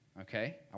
Okay